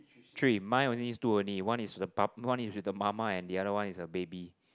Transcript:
three mine only is two only one is with the pa~ one is with the mama and the other one is a baby